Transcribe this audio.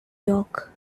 york